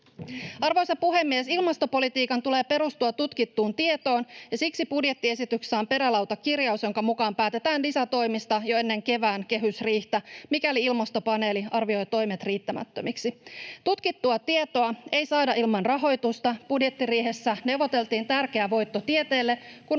Arvoisa puhemies! Ilmastopolitiikan tulee perustua tutkittuun tietoon. Siksi budjettiesityksessä on perälautakirjaus, jonka mukaan päätetään lisätoimista jo ennen kevään kehysriihtä, mikäli ilmastopaneeli arvioi toimet riittämättömiksi. Tutkittua tietoa ei saada ilman rahoitusta. Budjettiriihessä neuvoteltiin tärkeä voitto tieteelle, kun